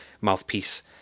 mouthpiece